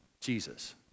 Jesus